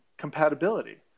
compatibility